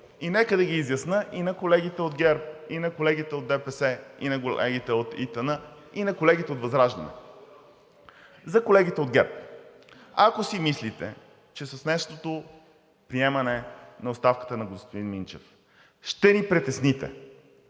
И нека да ги изясня и на колегите от ГЕРБ, и на колегите от ДПС, и на колегите от ИТН, и на колегите от ВЪЗРАЖДАНЕ. За колегите от ГЕРБ. Ако си мислите, че с днешното приемане на оставката на господин Минчев ще ни притесните